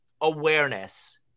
awareness